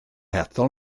hethol